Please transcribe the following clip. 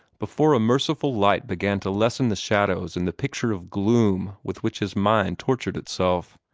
before a merciful light began to lessen the shadows in the picture of gloom with which his mind tortured itself.